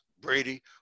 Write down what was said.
Brady